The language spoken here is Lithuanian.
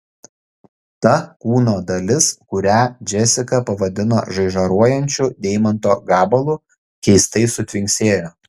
ta kūno dalis kurią džesika pavadino žaižaruojančiu deimanto gabalu keistai sutvinksėjo